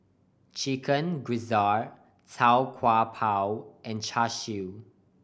Chicken Gizzard Tau Kwa Pau and Char Siu